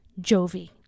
Jovi